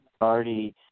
already